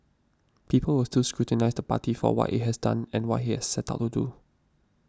people will still scrutinise the party for what it has done and what it has set out to do